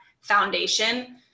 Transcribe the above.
foundation